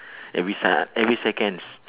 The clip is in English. every se~ every seconds